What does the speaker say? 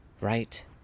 right